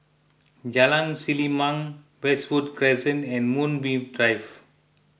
Jalan Selimang Westwood Crescent and Moonbeam Drive